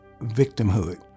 victimhood